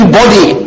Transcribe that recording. body